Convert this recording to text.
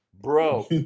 bro